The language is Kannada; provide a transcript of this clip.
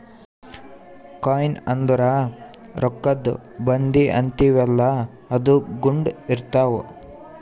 ಕೊಯ್ನ್ ಅಂದುರ್ ರೊಕ್ಕಾದು ಬಂದಿ ಅಂತೀವಿಯಲ್ಲ ಅದು ಗುಂಡ್ ಇರ್ತಾವ್